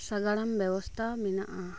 ᱥᱟᱜᱟᱲᱚᱢ ᱵᱮᱵᱚᱥᱛᱷᱟ ᱢᱮᱱᱟᱜᱼᱟ